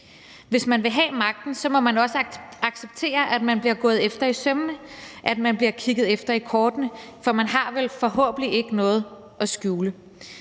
Hvis man vil have magten, må man også acceptere, at man bliver gået efter i sømmene, at man bliver kigget efter i kortene, for man har vel forhåbentlig ikke noget at skjule.